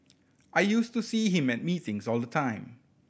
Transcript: I used to see him at meetings all the time